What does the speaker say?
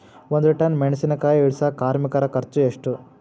ಒಂದ್ ಟನ್ ಮೆಣಿಸಿನಕಾಯಿ ಇಳಸಾಕ್ ಕಾರ್ಮಿಕರ ಖರ್ಚು ಎಷ್ಟು?